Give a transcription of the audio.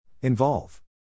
Involve